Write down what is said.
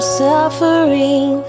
suffering